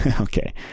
Okay